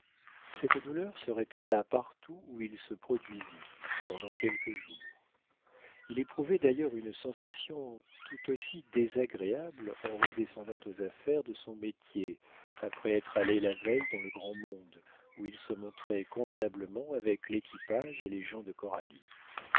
cette douleur se répéta partout où il se produisit pendant quelques jours il éprouvait d'ailleurs une sensation tout aussi désagréable en redescendant aux affaires de son métier après être allé la veille dans le grand monde où il se montrait convenablement avec l'équipage et les gens de coralie